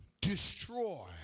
destroy